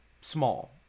small